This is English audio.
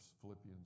Philippians